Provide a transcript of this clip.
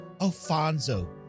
Alfonso